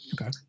Okay